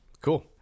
cool